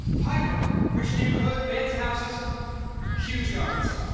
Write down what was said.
pinebrook, rich neighborhood fancy houses huge yards.